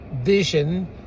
vision